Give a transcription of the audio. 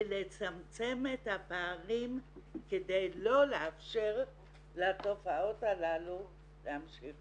ולצמצם את הפערים כדי לא לאפשר לתופעות הללו להמשיך